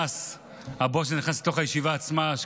וריח הבואש נכנס לתוך הישיבה עצמה,